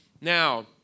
now